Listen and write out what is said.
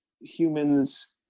humans